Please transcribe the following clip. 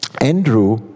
Andrew